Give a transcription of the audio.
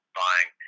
buying